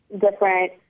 different